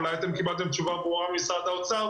אולי אתם קיבלתם תשובה ברורה ממשרד האוצר,